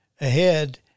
ahead